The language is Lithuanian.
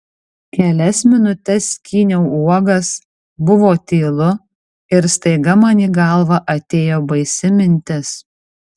kelias minutes skyniau uogas buvo tylu ir staiga man į galvą atėjo baisi mintis